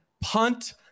punt